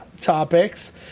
topics